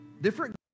different